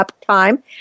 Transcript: time